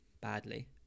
badly